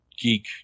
geek